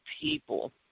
people